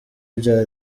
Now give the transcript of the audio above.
bya